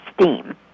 steam